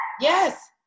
yes